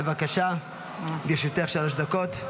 בבקשה, לרשותך שלוש דקות.